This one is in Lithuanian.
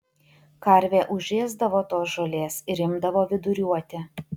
karvė užėsdavo tos žolės ir imdavo viduriuoti